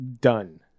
done